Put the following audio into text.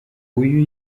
uyu